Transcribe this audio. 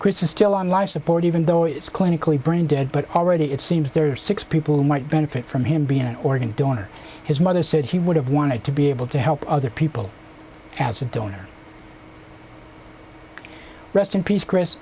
chris is still on life support even though it's clinically brain dead but already it seems there are six people who might benefit from him being an organ donor his mother said he would have wanted to be able to help other people as a donor rest in peace chris